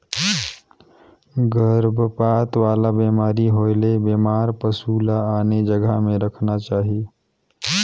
गरभपात वाला बेमारी होयले बेमार पसु ल आने जघा में रखना चाही